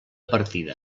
partida